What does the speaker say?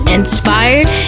inspired